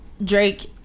Drake